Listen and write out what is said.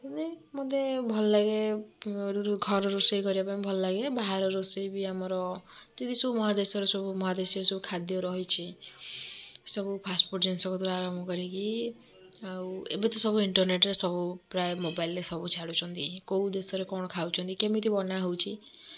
ମୋତେ ଭଲ ଲାଗେ ଘରର ରୋଷେଇ କରିବା ପାଇଁ ଭଲ ଲାଗେ ବାହାର ରୋଷେଇ ବି ଆମର ମହାଦେଶର ମହାଦେଶୀୟ ସବୁ ଖାଦ୍ୟ ରହିଛି ସବୁ ଫାର୍ଷ୍ଟ୍ ଫୁଡ୍ ଜିନିଷ କତୁରୁ ଆରମ୍ଭ କରିକି ଏବେ ତ ସବୁ ଇଣ୍ଟରନେଟ୍ରେ ସବୁ ପ୍ରାୟ ମୋବାଇଲ୍ରେ ସବୁ ଛାଡୁଛନ୍ତି କୋଉ ଦେଶରେ କଣ କେମିତି ଖାଉଛନ୍ତି କେମିତି ବନା ହେଉଛି